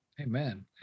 amen